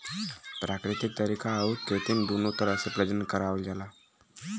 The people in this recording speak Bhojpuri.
प्राकृतिक तरीका आउर कृत्रिम दूनो तरह से प्रजनन करावल जाला